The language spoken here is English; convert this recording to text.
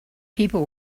people